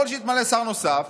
יכול להיות שיתמנה שר נוסף